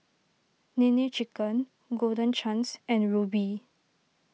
Nene Chicken Golden Chance and Rubi